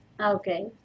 Okay